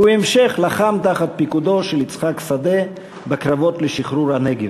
ובהמשך לחם תחת פיקודו של יצחק שדה בקרבות לשחרור הנגב.